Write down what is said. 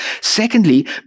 Secondly